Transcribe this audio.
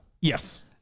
Yes